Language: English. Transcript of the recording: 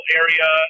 area